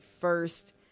first